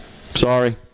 sorry